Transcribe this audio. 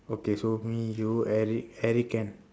okay so me you eric eric can